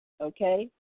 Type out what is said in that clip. Okay